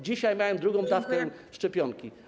Dzisiaj miałem drugą dawkę szczepionki.